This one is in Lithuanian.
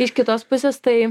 iš kitos pusės tai